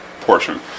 portion